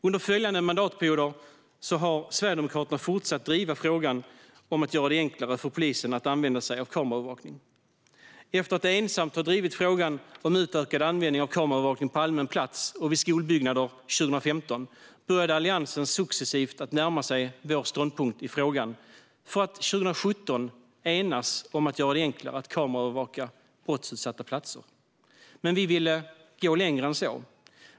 Under följande mandatperioder har Sverigedemokraterna fortsatt att driva frågan om att göra det enklare för polisen att använda sig av kameraövervakning. Efter att vi 2015 ensamma drev frågan om utökad användning av kameraövervakning på allmän plats och vid skolbyggnader började Alliansen successivt att närma sig vår ståndpunkt i frågan för att 2017 enas med oss om att göra det enklare att kameraövervaka brottsutsatta platser. Vi ville dock gå längre än så.